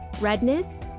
Redness